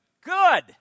Good